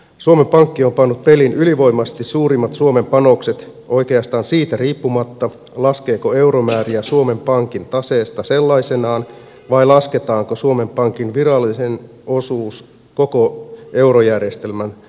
suomen pankki on pannut peliin ylivoimaisesti suurimmat suomen panokset oikeastaan siitä riippumatta laskeeko euromääriä suomen pankin taseesta sellaisenaan vai lasketaanko suomen pankin virallinen osuus koko eurojärjestelmän